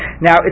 now